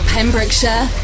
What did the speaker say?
Pembrokeshire